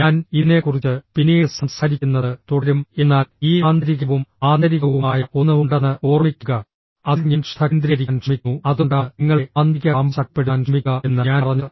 ഞാൻ ഇതിനെക്കുറിച്ച് പിന്നീട് സംസാരിക്കുന്നത് തുടരും എന്നാൽ ഈ ആന്തരികവും ആന്തരികവുമായ ഒന്ന് ഉണ്ടെന്ന് ഓർമ്മിക്കുക അതിൽ ഞാൻ ശ്രദ്ധ കേന്ദ്രീകരിക്കാൻ ശ്രമിക്കുന്നു അതുകൊണ്ടാണ് നിങ്ങളുടെ ആന്തരിക കാമ്പ് ശക്തിപ്പെടുത്താൻ ശ്രമിക്കുക എന്ന് ഞാൻ പറഞ്ഞത്